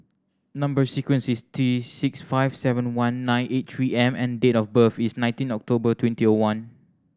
number sequence is T six five seven one nine eight Three M and date of birth is nineteen October twenty O one